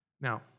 Now